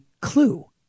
clue